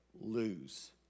Lose